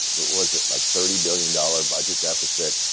but was it like thirty billion dollars budget deficit,